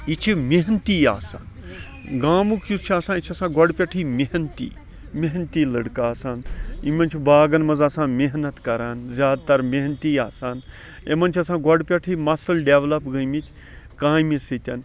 یہِ چھ محنتی آسان گامُک یُس چھُ آسان یہِ چھُ آسان گۄڈٕ پیٹھٕے محنتی محنتی لٔڑکہٕ آسان یِمَن چھ باغَن مَنٛز آسان محنَت کران زیادٕ تَر محنتی آسان یِمَن چھ آسان گۄڈٕ پیٹھٕے مَسٕل ڈیٚولَپ گٔمٕتۍ کامہٕ سۭتۍ